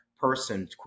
person